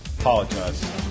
Apologize